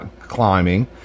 climbing